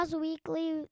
weekly